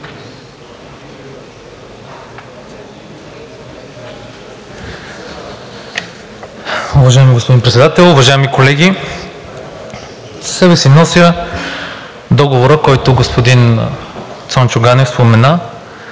Уважаеми господин Председател, уважаеми колеги! Със себе си нося Договора, който господин Цончо Ганев спомена,